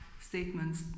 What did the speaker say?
statements